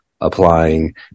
applying